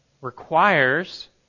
requires